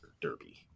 Derby